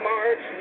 March